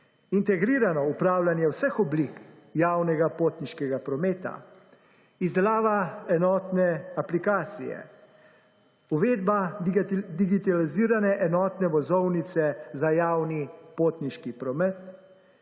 Integrirano upravljanje vseh oblik javnega potniškega prometa, izdelava enotne aplikacije, uvedba digitalizirane enotne vozovnice za javni potniški promet,